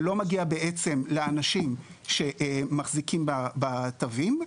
ובעצם לא הגיע לאנשים שמחזיקים בתווים האלה.